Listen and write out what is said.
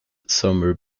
summer